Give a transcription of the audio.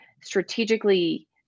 strategically